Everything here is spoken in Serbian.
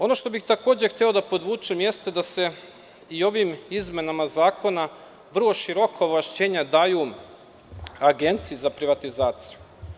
Ono što bih takođe hteo da podvučem jeste da se i ovim izmenama zakona vrlo široka ovlašćenja daju Agenciji za privatizaciju.